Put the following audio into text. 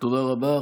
תודה רבה.